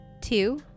two